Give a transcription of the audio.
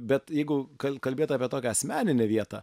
bet jeigu kal kalbėt apie tokią asmeninę vietą